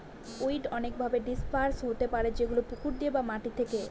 weed অনেকভাবে disperse হতে পারে যেমন পুকুর দিয়ে বা মাটি থেকে